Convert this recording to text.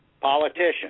politician